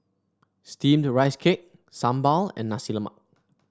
steamed Rice Cake sambal and Nasi Lemak